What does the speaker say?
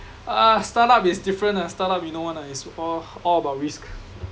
ah startup is different lah startup you know [one] lah it's all all about risk